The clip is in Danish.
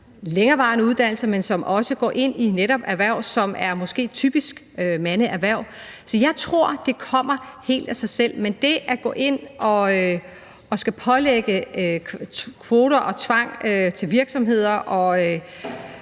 længerevarende uddannelser, men som også fører til erhverv, som måske er typisk mandeerhverv. Så jeg tror, det kommer helt af sig selv, men det at gå ind og pålægge virksomheder